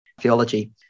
theology